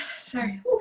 Sorry